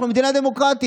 אנחנו מדינה דמוקרטית.